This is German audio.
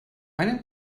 einen